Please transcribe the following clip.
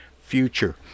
future